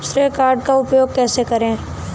श्रेय कार्ड का उपयोग कैसे करें?